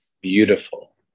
beautiful